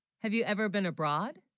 have you ever been abroad